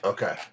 Okay